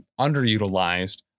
underutilized